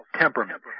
Temperament